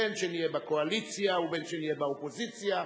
בין שנהיה בקואליציה ובין שנהיה באופוזיציה,